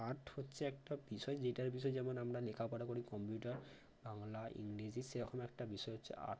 art হচ্ছে একটা বিষয় যেটার বিষয় যেমন আমরা লেখাপড়া করি কম্পিউটার বাংলা ইংরেজি সেরকম একটা বিষয় হচ্ছে আর্ট